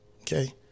okay